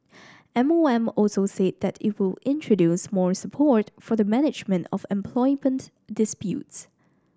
M O M also said that it will introduce more support for the management of employment disputes